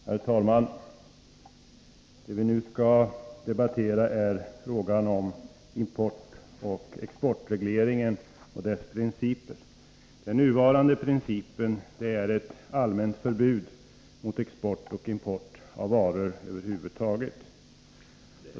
Herr talman! Det vi nu skall debattera är frågan om importoch exportregleringen och dess principer. Den nuvarande principen är ett allmänt förbud mot export och import av varor över huvud taget.